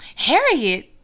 Harriet